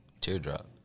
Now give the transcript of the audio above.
teardrop